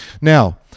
Now